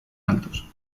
altos